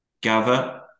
gather